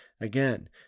Again